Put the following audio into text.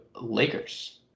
Lakers